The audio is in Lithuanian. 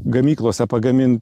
gamyklose pagamin